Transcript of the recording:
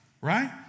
right